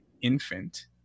infant